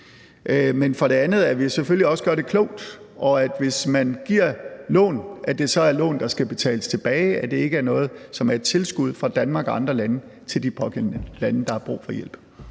den anden side skal vi selvfølgelig også gøre det klogt, og hvis man giver lån, er det lån, der skal betales tilbage, så det ikke er noget, som er et tilskud fra Danmark og andre lande til de pågældende lande, der har brug for hjælp.